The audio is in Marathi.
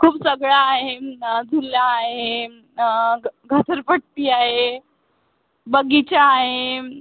खूप सगळं आहे झुला आहे घसरपट्टी आहे बगिचा आहे